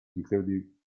including